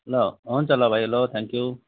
ल हुन्छ ल भाइ ल थ्याङ्क्यु